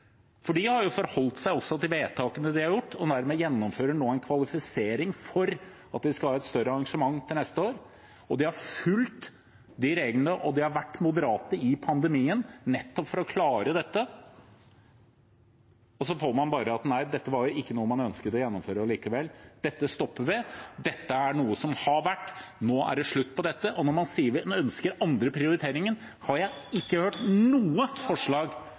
har forholdt seg til de vedtakene vi har gjort, og som nå gjennomfører en kvalifisering for at de skal ha et større arrangement til neste år, og som har fulgt reglene og vært moderate i pandemien, nettopp for å klare dette – bare høre at nei, dette var ikke noe man ønsket å gjennomføre likevel, dette stopper vi, dette er noe som har vært, og nå er det slutt på dette. Og når man sier at man ønsker andre prioriteringer, har jeg ikke hørt noe forslag